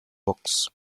books